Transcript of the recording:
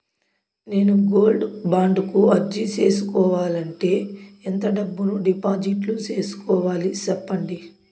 నేను gold bond కు అర్జీ సేసుకోవాలంటే ఎంత డబ్బును డిపాజిట్లు సేసుకోవాలి సెప్పండి